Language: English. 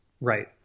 Right